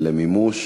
למימוש.